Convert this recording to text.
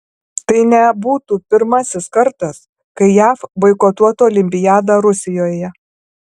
tai nebūtų pirmasis kartas kai jav boikotuotų olimpiadą rusijoje